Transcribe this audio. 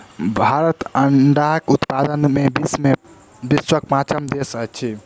भारत अंडाक उत्पादन मे विश्वक पाँचम देश अछि